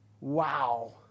Wow